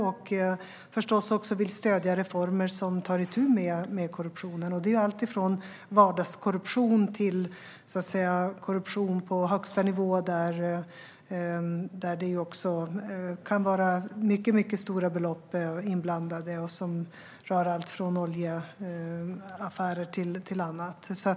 Vi vill förstås stödja reformer som tar itu med korruptionen, alltifrån vardagskorruption till korruption på högsta nivå, där det kan vara mycket stora belopp inblandade som rör oljeaffärer och annat.